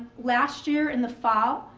last year, in the fall,